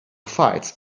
fights